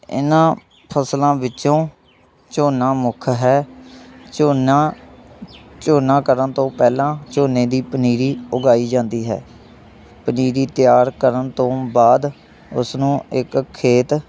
ਇਨ੍ਹਾਂ ਫਸਲਾਂ ਵਿੱਚੋਂ ਝੋਨਾ ਮੁੱਖ ਹੈ ਝੋਨਾ ਝੋਨਾ ਕਰਨ ਤੋਂ ਪਹਿਲਾਂ ਝੋਨੇ ਦੀ ਪਨੀਰੀ ਉਗਾਈ ਜਾਂਦੀ ਹੈ ਪਨੀਰੀ ਤਿਆਰ ਕਰਨ ਤੋਂ ਬਾਅਦ ਉਸਨੂੰ ਇੱਕ ਖੇਤ